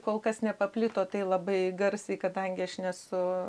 kol kas nepaplito tai labai garsiai kadangi aš nesu